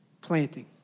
planting